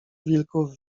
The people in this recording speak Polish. wilków